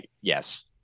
yes